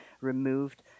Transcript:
removed